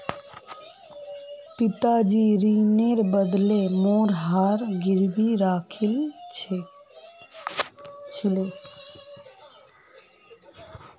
पिताजी ऋनेर बदले मोर हार गिरवी राखिल छिले